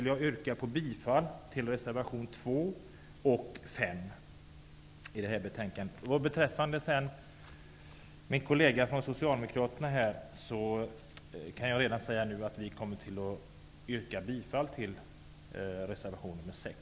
Jag yrkar bifall till reservationerna 2 och 5. Min kollega kommer senare att yrka bifall till reservation 6.